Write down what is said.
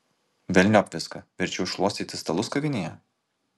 velniop viską verčiau šluostyti stalus kavinėje